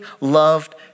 loved